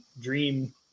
Dream